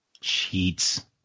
cheats